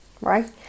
right